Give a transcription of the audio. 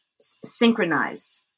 synchronized